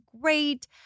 great